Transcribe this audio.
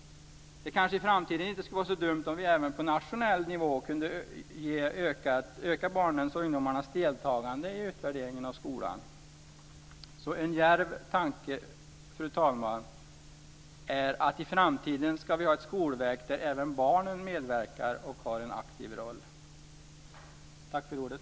Det kanske i framtiden inte skulle vara så dumt om vi även på nationell nivå kunde öka barnens och ungdomarnas deltagande i utvärderingen av skolan. En djärv tanke, fru talman, är att vi i framtiden ska ha ett skolverk där även barnen medverkar och har en aktiv roll. Tack för ordet!